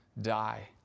die